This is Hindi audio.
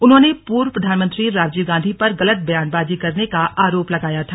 उन्होंने पूर्व प्रधानमंत्री राजीव गांधी पर गलत बयानबाजी बयान करने का आरोप लगाया था